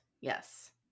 Yes